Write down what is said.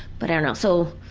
but i don't know. so